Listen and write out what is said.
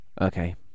Okay